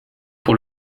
pour